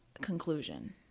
conclusion